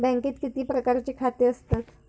बँकेत किती प्रकारची खाती असतत?